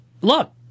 Look